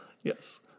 yes